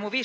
Dobbiamo